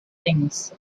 things